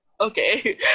Okay